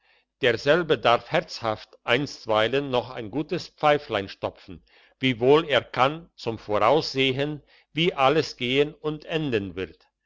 derselbe darf herzhaft einstweilen noch ein gutes pfeiflein stopfen wiewohl er kann zum voraus sehen wie alles gehen und enden wird